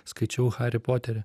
skaičiau harį poterį